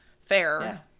fair